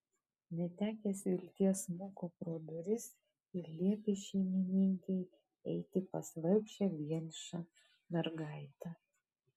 netekęs vilties smuko pro duris ir liepė šeimininkei eiti pas vargšę vienišą mergaitę